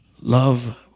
Love